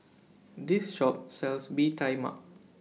This Shop sells Bee Tai Mak